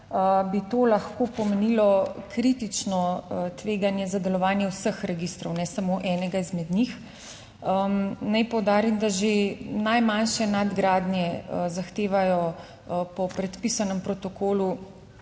bi to lahko pomenilo kritično tveganje za delovanje vseh registrov, ne samo enega izmed njih. Naj poudarim, da že najmanjše nadgradnje zahtevajo po predpisanem protokolu